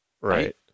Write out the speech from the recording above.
Right